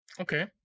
okay